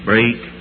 Break